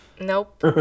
Nope